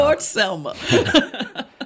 Selma